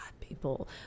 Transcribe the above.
people